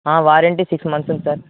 warranty six months ఉంటుంది